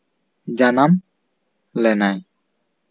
ᱡᱟᱱᱟᱢ ᱞᱮᱱᱟᱭ